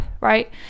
right